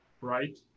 right